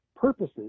purposes